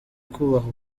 kubaha